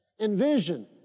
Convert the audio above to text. Envision